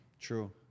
True